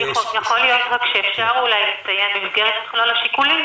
יכול להיות שאפשר לציין במסגרת מכלול השיקולים